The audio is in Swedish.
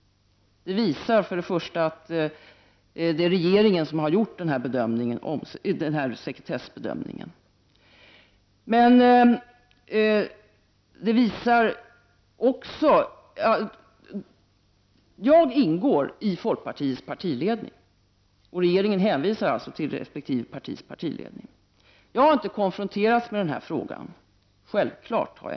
Detta visar att det är regeringen som har gjort den här sekretessbedömningen. Jag ingår i folkpartiets partiledning. Jag har självfallet inte konfronterats med frågan.